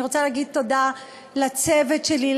אני רוצה להגיד תודה לצוות שלי,